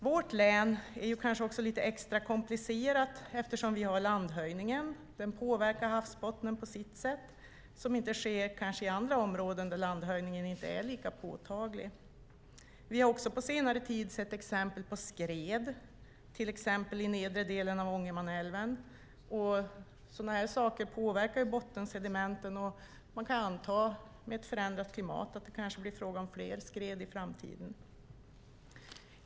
Vårt län är kanske lite extra komplicerat eftersom vi har landhöjningen som påverkar havsbotten på sitt sätt. Det sker kanske inte i andra områden där landhöjningen inte är lika påtaglig. Vi har också på senare tid sett skred, till exempel i nedre delen av Ångermanälven. Sådana här saker påverkar bottensedimenten, och man kan anta att det med ett förändrat klimat blir fråga om fler skred i framtiden.